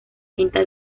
quinta